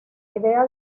idea